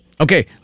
Okay